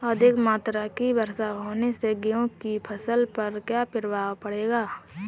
अधिक मात्रा की वर्षा होने से गेहूँ की फसल पर क्या प्रभाव पड़ेगा?